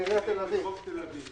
ניקח את דרום תל אביב.